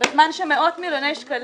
בזמן שמאות מיליוני שקלים,